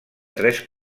tres